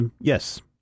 Yes